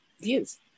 views